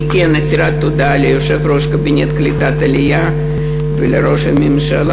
אני כן אסירת תודה ליושב-ראש קבינט קליטת העלייה ולראש הממשלה,